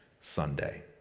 Sunday